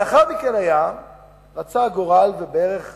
לאחר מכן רצה הגורל, ובערך